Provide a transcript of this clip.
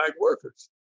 workers